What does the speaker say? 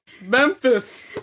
Memphis